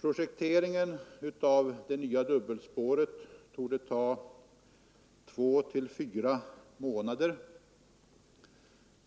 Projekteringen av det nya dubbelspåret torde ta två till fyra månader.